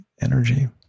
energy